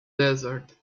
desert